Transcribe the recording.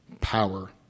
power